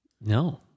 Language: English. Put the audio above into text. No